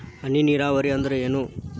ಹನಿ ನೇರಾವರಿ ಅಂದ್ರೇನ್ರೇ?